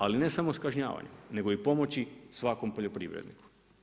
Ali ne samo s kažnjavanjem, nego i pomoći svakom poljoprivredniku.